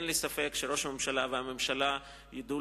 אין לי ספק שראש הממשלה והממשלה ידעו